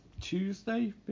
Tuesday